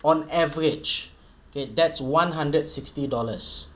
on average K that's one hundred sixty dollars